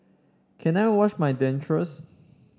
can I wash my dentures